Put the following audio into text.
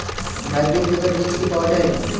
Hybrid পেঁপের বীজ কি পাওয়া যায়?